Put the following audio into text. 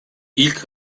i̇lk